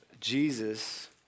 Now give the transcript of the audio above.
Jesus